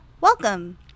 welcome